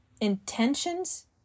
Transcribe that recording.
intentions